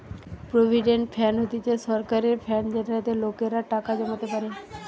provident fund হতিছে সরকারের fund যেটাতে লোকেরা টাকা জমাতে পারে